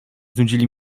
znudzili